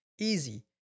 Easy